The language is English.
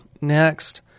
Next